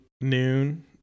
noon